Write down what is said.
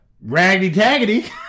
raggedy-taggedy